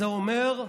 זה אומר,